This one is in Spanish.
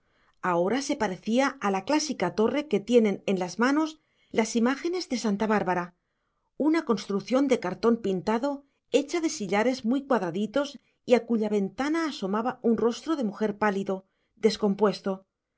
ahora se parecía a la clásica torre que tienen en las manos las imágenes de santa bárbara una construcción de cartón pintado hecha de sillares muy cuadraditos y a cuya ventana asomaba un rostro de mujer pálido descompuesto